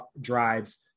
drives